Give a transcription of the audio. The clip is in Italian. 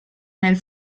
nel